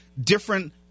different